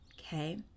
Okay